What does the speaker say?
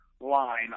line